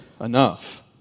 enough